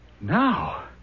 now